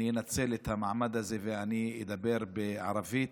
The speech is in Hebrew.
אני אנצל את המעמד הזה ואני אדבר בערבית,